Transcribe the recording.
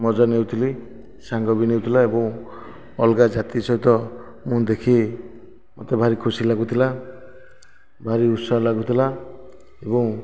ମଜା ନେଉଥିଲି ସାଙ୍ଗ ବି ନେଉଥିଲା ଏବଂ ଅଲ୍ଗା ଜାତି ସହିତ ମୁଁ ଦେଖି ମୋତେ ଭାରି ଖୁସି ଲାଗୁଥିଲା ଭାରି ଉତ୍ସାହ ଲାଗୁଥିଲା ଏବଂ